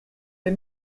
les